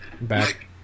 Back